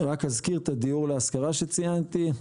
רק אזכיר את דיור להשכרה שציינתי.